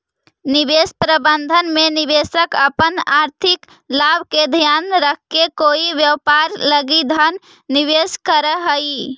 निवेश प्रबंधन में निवेशक अपन आर्थिक लाभ के ध्यान रखके कोई व्यापार लगी धन निवेश करऽ हइ